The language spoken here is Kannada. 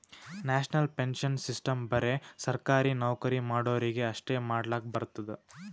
ನ್ಯಾಷನಲ್ ಪೆನ್ಶನ್ ಸಿಸ್ಟಮ್ ಬರೆ ಸರ್ಕಾರಿ ನೌಕರಿ ಮಾಡೋರಿಗಿ ಅಷ್ಟೇ ಮಾಡ್ಲಕ್ ಬರ್ತುದ್